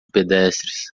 pedestres